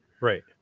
right